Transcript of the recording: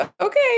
okay